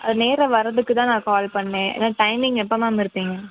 அது நேராக வர்றதுக்குதான் நான் கால் பண்ணேன் ஏன்னா டைமிங் எப்போ மேம் இருப்பீங்க